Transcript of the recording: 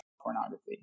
pornography